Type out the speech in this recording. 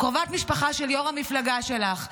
קרובת משפחה של יו"ר המפלגה שלך,